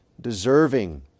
deserving